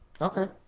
Okay